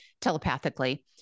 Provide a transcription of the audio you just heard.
telepathically